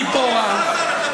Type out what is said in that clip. צפורה,